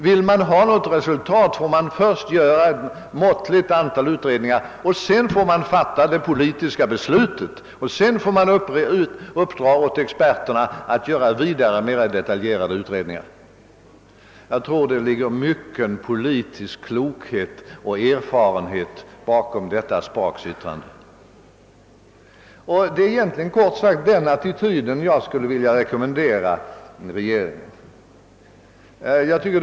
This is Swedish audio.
Vill man nå ett resultat får man först göra ett måttligt antal utredningar, sedan fatta det politiska beslutet och därefter uppdraga åt experterna att göra mer detaljerade utredningar. Jag tror det ligger mycken politisk klokhet och erfarenhet bakom detta Spaaks yttrande. Det är egentligen den attityden jag skulle vilja rekommendera regeringen att intaga.